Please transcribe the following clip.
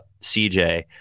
CJ